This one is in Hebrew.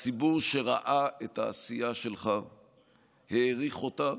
הציבור שראה את העשייה שלך העריך אותה.